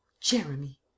Jeremy